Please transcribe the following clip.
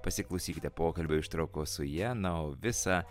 pasiklausykite pokalbio ištraukos su ja na o visą